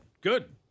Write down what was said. Good